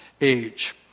age